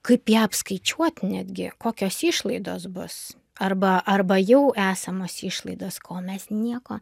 kaip ją apskaičiuot netgi kokios išlaidos bus arba arba jau esamos išlaidos kol mes nieko